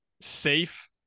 safe